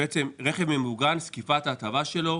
בעצם רכב ממוגן זקיפת ההטבה שלו,